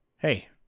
Hey